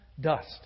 dust